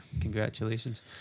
congratulations